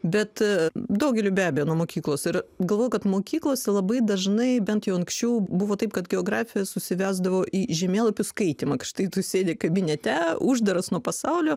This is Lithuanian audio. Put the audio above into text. bet a daugeliui be abejo nuo mokyklos ir galvojau kad mokyklose labai dažnai bent jau anksčiau buvo taip kad geografija susivesdavo į žemėlapių skaitymą k štai tu sėdi kabinete uždaras nuo pasaulio